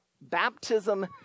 Baptism